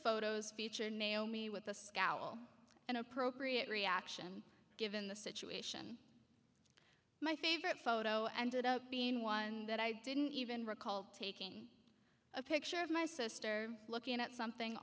photos feature naomi with a scowl and appropriate reaction given the situation my favorite photo ended up being one that i didn't even recall taking a picture of my sister looking at something